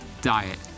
diet